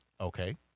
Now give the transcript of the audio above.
Okay